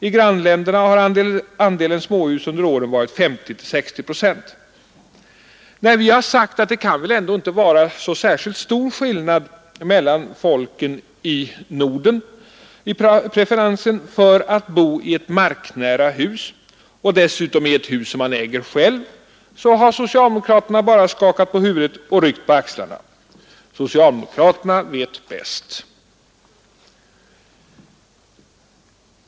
I grannländerna har andelen småhus under året varit 50—60 procent. När vi har sagt att det kan väl ändå inte vara så särskilt stor skillnad mellan folken i Norden i preferensen för att bo i ett marknära hus — och dessutom i ett hus som man äger själv — så har socialdemokraterna bara skakat på huvudet och ryckt på axlarna. Socialdemokraterna vet bäst.